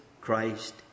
Christ